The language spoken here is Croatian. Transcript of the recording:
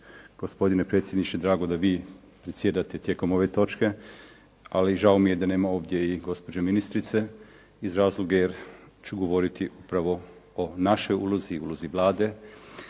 gospodine predsjedniče drago da vi predsjedate tijekom ove točke, ali žao mi je da nema ovdje i gospođe ministrice iz razloga jer ću govoriti upravo o našoj ulozi, ulozi Vlade